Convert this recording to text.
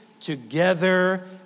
together